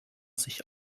sich